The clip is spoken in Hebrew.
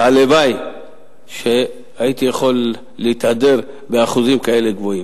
הלוואי שהייתי יכול להתהדר באחוזים כאלה גבוהים.